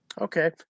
Okay